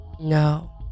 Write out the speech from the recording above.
no